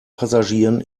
passagieren